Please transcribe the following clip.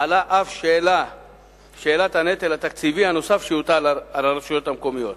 מעלה אף את שאלת הנטל התקציבי הנוסף שיוטל על הרשויות המקומיות